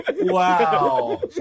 Wow